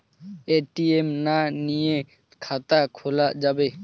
ATM না নিয়ে খাতা খোলা যাবে?